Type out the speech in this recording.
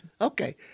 Okay